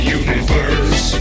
universe